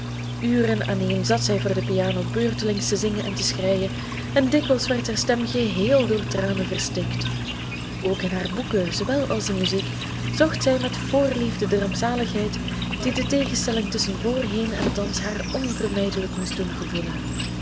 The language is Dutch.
uren aaneen zat zij voor de piano beurtelings te zingen en te schreien en dikwijls werd haar stem geheel door tranen verstikt ook in haar boeken zoowel als in muziek zocht zij met voorliefde de rampzaligheid die de tegenstelling tusschen voorheen en thans haar onvermijdelijk moest doen gevoelen